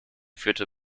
führte